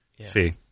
See